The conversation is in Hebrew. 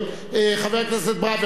חבר הכנסת ברוורמן,